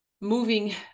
moving